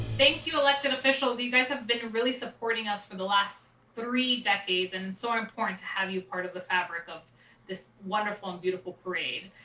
thank you, elected officials. you guys have been really supporting us for the last three decades and it's so important to have you part of the fabric of this wonderful and beautiful parade.